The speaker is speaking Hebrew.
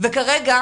וכרגע